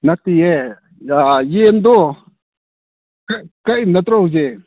ꯅꯠꯇꯤꯌꯦ ꯑꯥ ꯌꯦꯟꯗꯣ ꯀꯛꯏ ꯅꯠꯇ꯭ꯔꯣ ꯍꯧꯖꯤꯛ